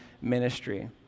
ministry